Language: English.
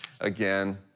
again